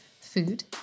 food